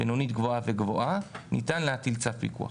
בינונית-גבוהה וגבוהה ניתן להטיל צו פיקוח.